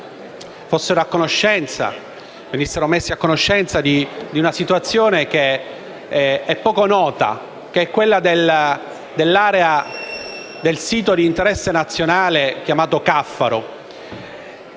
venissero messi a conoscenza di una situazione che è poco nota, quella del sito di interesse nazionale chiamato Caffaro.